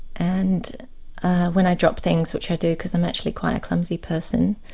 and when i drop things, which i do because i'm actually quite a clumsy person,